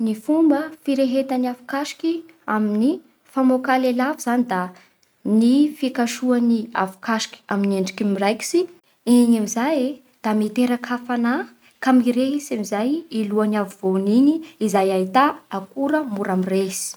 Ny fomba firehetan'ny afokasoky amin'ny famoaka lelafo zany da ny fikasohan'ny afokasoky amin'ny endriky miraikitsy, igny amin'izay e da miteraka hafanà ka mirehitsy amin'izay i lohany afovoany igny izay ahita akora mora mirehitsy.